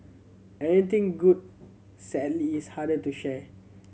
anything good sadly is harder to share